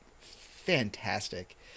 fantastic